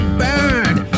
burned